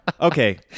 Okay